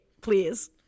please